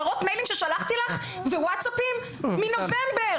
להראות מיילים ששלחתי לך וואטסאפים מנובמבר?